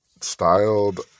styled